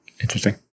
interesting